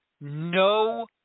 no